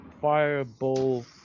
fireball